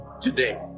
today